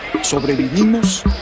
Sobrevivimos